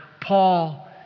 Paul